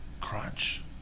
crunch